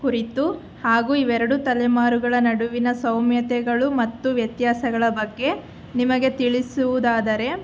ಕುರಿತು ಹಾಗೂ ಇವೆರಡು ತಲೆಮಾರುಗಳ ನಡುವಿನ ಸಾಮ್ಯತೆಗಳು ಮತ್ತು ವ್ಯತ್ಯಾಸಗಳ ಬಗ್ಗೆ ನಿಮಗೆ ತಿಳಿಸುವುದಾದರೆ